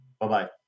Bye-bye